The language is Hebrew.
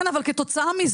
כן, אבל כתוצאה מ-.